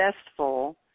successful